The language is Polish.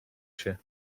się